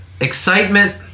Excitement